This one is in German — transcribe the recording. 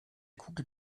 kugel